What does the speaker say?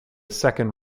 second